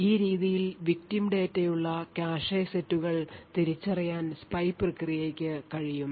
ഈ രീതിയിൽ victim ഡാറ്റയുള്ള കാഷെ സെറ്റുകൾ തിരിച്ചറിയാൻ spy പ്രക്രിയയ്ക്ക് കഴിയും